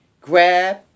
grab